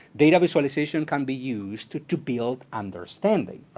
data visualization can be used to to build understanding.